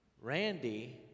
Randy